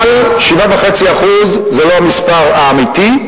אבל 7.5% זה לא המספר האמיתי.